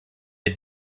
est